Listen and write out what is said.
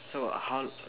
so how